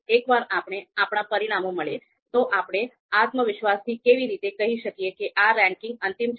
એકવાર આપણે આપણા પરિણામો મળે તો આપણે આત્મવિશ્વાસથી કેવી રીતે કહી શકીએ કે આ રેન્કિંગ અંતિમ છે